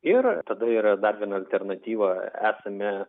ir tada yra dar viena alternatyva esame